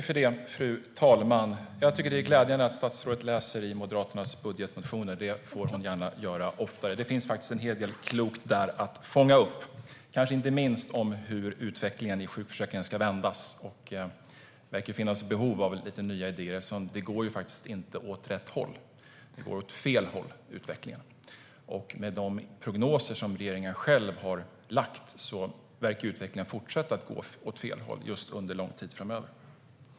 Fru talman! Det är glädjande att statsrådet läser i Moderaternas budgetmotioner. Det får hon gärna göra oftare. Det finns faktiskt en hel del klokt där att fånga upp, kanske inte minst om hur utvecklingen i sjukförsäkringen ska vändas. Det verkar finnas behov av nya idéer eftersom utvecklingen faktiskt inte går åt rätt håll. Utvecklingen går åt fel håll. Med de prognoser som regeringen själv har lagt fram verkar utvecklingen fortsätta att gå åt fel håll under lång tid framöver.